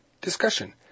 discussion